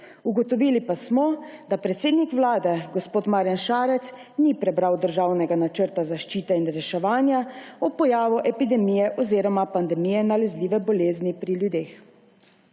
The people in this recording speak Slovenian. ugotovili pa smo, da predsednik vlade gospod Marjan Šarec ni prebral državnega načrta zaščite in reševanja ob pojavu epidemije oziroma pandemije nalezljive bolezni pri ljudeh.